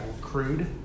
crude